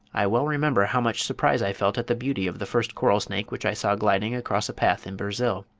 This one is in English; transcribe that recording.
i well remember how much surprise i felt at the beauty of the first coral-snake which i saw gliding across a path in brazil.